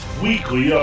Weekly